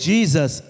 Jesus